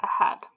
ahead